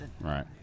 Right